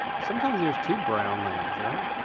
sometimes there's two brown layers, right?